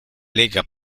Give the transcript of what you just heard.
lega